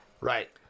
Right